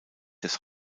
des